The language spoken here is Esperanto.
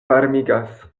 varmigas